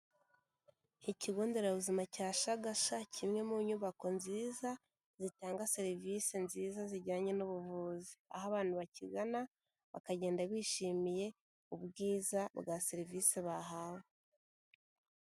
Ikigo nderabuzima cya Shagasha, kimwe mu nyubako nziza zitanga serivisi nziza zijyanye n'ubuvuzi. Aho abantu bakigana bakagenda bishimiye ubwiza bwa serivisi bahawe.